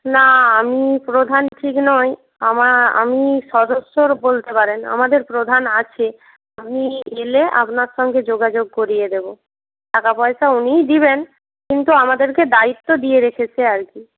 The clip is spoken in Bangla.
না আমি প্রধান ঠিক নই আমার আমি সদস্য বলতে পারেন আমাদের প্রধান আছে উনি এলে আপনার সঙ্গে যোগাযোগ করিয়ে দেবো টাকা পয়সা উনিই দেবেন কিন্তু আমাদেরকে দায়িত্ব দিয়ে রেখেছে আর কি